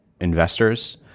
investors